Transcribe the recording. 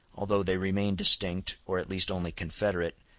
although they remain distinct, or at least only confederate,